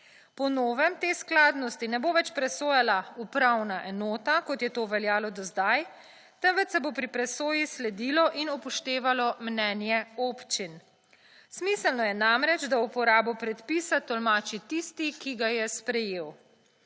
Po novem te skladnosti ne bo več presojala upravna enota, kot je to veljalo do sedaj, temveč se bo pri presoji sledilo in upoštevalo mnenje občin. Smiselno je namreč, da uporabo predpisa tolmači tisti, ki ga je sprejel.